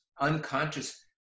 unconscious